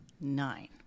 nine